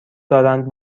دارند